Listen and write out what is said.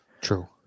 True